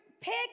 Pick